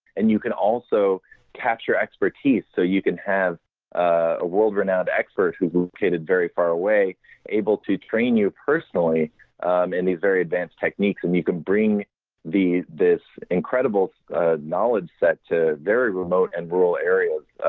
and you can also capture expertise so you can have a world-renowned expert who's located very far away able to train you personally in these very advanced techniques and you can bring this incredible knowledge set to very remote and rural areas,